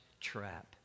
trap